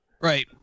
Right